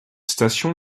station